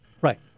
Right